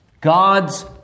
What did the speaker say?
God's